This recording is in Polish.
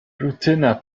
rutyna